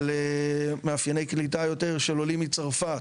על מאפייני קליטה יותר של עולים מצרפת